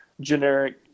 generic